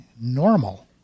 normal